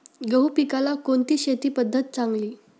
गहू पिकाला कोणती शेती पद्धत चांगली?